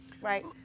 Right